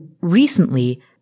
Recently